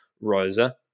Rosa